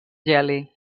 geli